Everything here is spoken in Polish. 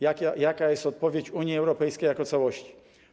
Jaka jest odpowiedź Unii Europejskiej jako całości?